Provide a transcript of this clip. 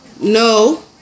No